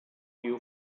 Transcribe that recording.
you